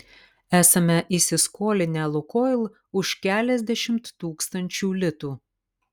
esame įsiskolinę lukoil už keliasdešimt tūkstančių litų